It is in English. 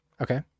Okay